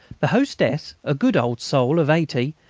the hostess, a good old soul of eighty,